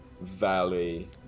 valley